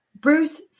Bruce